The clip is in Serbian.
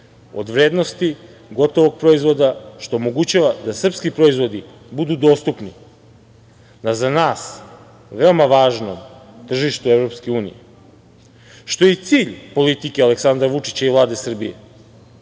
od vrednosti gotovog proizvoda, što omogućava da srpski proizvodi budu dostupni za nas veoma važnom tržištu Evropske unije, što je i cilj politike Aleksandra Vučića i Vlade Srbije,